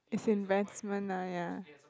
it's investment lah yeah